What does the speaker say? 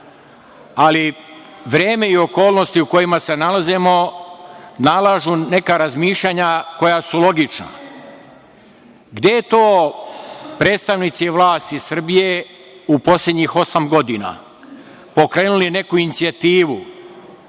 Ali, vreme i okolnosti u kojima se nalazimo nalažu neka razmišljanja koja su logična. Gde su to predstavnici vlasti Srbije u poslednjih osam godina pokrenuli neku inicijativu